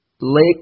Lake